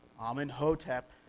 Amenhotep